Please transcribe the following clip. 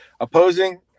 opposing